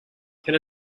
can